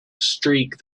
streak